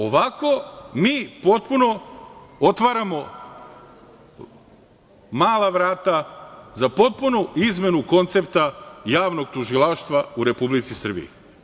Ovako mi potpuno otvaramo mala vrata za potpunu izmenu koncepta javnog tužilaštva u Republici Srbiji.